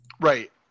Right